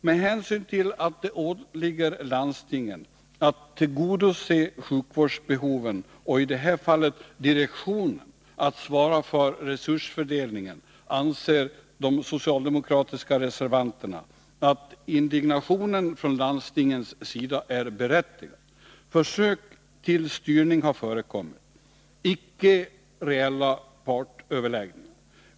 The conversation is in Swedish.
Med hänsyn till att det åligger landstingen att tillgodose sjukvårdsbehoven — och i det här fallet direktionen att svara för resursfördelningen — anser de socialdemokratiska reservanterna att landstingens indignation är berättigad. Försök till styrning har förekommit, icke reella partöverläggningar.